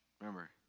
remember